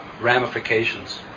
ramifications